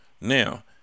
Now